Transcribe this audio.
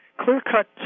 clear-cut